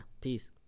Peace